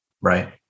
right